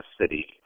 city